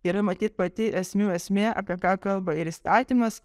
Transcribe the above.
yra matyt pati esmių esmė apie ką kalba ir įstatymas